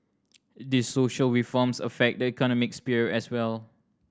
these social reforms affect the economic sphere as well